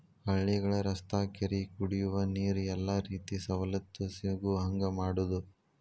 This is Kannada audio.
ಹಳ್ಳಿಗಳ ರಸ್ತಾ ಕೆರಿ ಕುಡಿಯುವ ನೇರ ಎಲ್ಲಾ ರೇತಿ ಸವಲತ್ತು ಸಿಗುಹಂಗ ಮಾಡುದ